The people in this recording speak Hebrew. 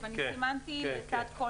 סימנתי בצד כל